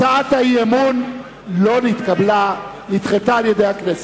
הצעת האי-אמון לא נתקבלה, נדחתה על-ידי הכנסת.